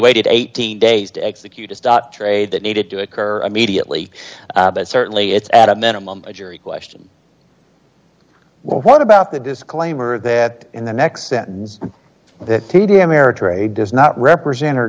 waited eighteen days to execute a trade that needed to occur immediately but certainly it's at a minimum a jury question well what about the disclaimer that in the next sentence the t d ameritrade does not represent